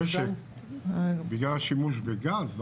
המשק הרוויח 100 מיליארד בגלל השימוש בגז.